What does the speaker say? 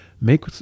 make